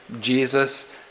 Jesus